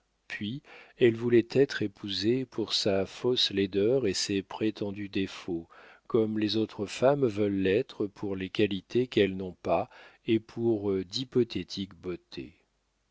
puis elle voulait être épousée pour sa fausse laideur et ses prétendus défauts comme les autres femmes veulent l'être pour les qualités qu'elles n'ont pas et pour d'hypothétiques beautés